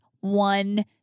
one